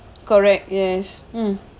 correct yes mm